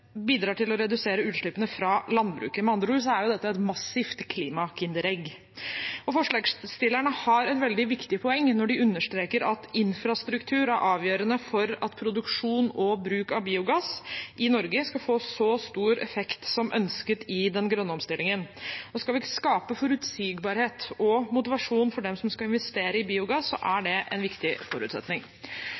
bidrar til å redusere utslippene fra landbruket. Med andre ord er dette et massivt klima-kinderegg. Forslagsstillerne har et veldig viktig poeng når de understreker at infrastruktur er avgjørende for at produksjon og bruk av biogass i Norge skal få så stor effekt som ønsket i den grønne omstillingen. Skal vi skape forutsigbarhet og motivasjon for dem som skal investere i biogass, er det en viktig forutsetning.